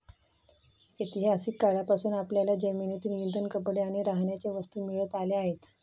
ऐतिहासिक काळापासून आपल्याला जमिनीतून इंधन, कपडे आणि राहण्याच्या वस्तू मिळत आल्या आहेत